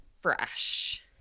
fresh